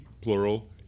plural